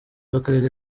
w’akarere